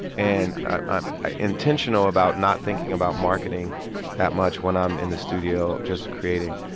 and i'm ah intentional about not thinking about marketing that much when i'm in the studio just creating.